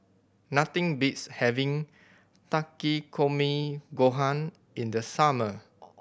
nothing beats having Takikomi Gohan in the summer